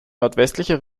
nordwestlicher